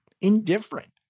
indifferent